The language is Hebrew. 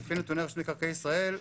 לפי נתוני רשות מקרקעי ישראל,